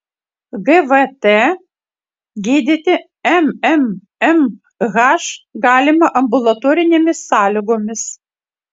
gvt gydyti mmmh galima ambulatorinėmis sąlygomis